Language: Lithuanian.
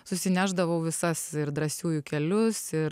susinešdavau visas drąsiųjų kelius ir